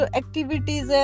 activities